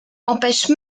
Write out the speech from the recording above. empêche